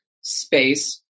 space